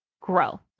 grow